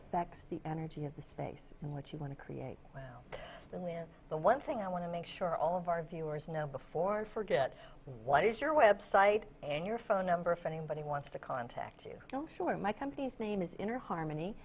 effects the energy of the space and what you want to create and when the one thing i want to make sure all of our viewers know before forget what is your web site and your phone number if anybody wants to contact you know sure my company's name is in harmony